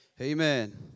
Amen